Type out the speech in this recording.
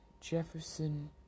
Jefferson